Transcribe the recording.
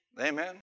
Amen